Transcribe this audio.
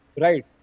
Right